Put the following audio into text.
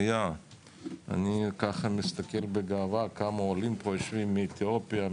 אני מסתכל בגאווה כמה עולים יושבים כאן מאתיופיה,